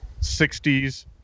60s